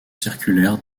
circulaire